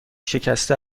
شکسته